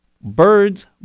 Birds